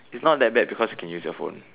is not that bad because you can use your phone